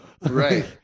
Right